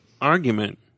argument